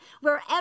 Wherever